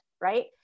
right